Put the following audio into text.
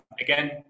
again